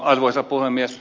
arvoisa puhemies